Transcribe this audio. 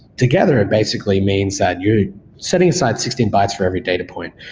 together it basically means that you're setting aside sixteen bytes for every data point.